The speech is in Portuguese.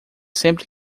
sempre